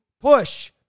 push